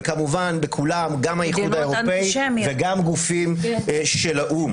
וכמובן בכולם גם האיחוד האירופי וגם גופים של האו"ם.